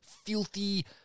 filthy